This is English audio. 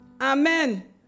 Amen